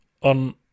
on